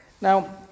Now